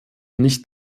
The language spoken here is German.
nicht